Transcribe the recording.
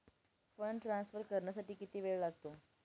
Fund transfer करण्यासाठी किती वेळ लागतो?